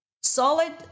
solid